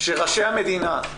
שראשי המדינה,